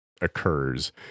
occurs